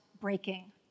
breaking